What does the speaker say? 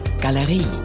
Galerie